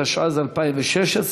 התשע"ז 2016,